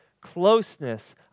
Closeness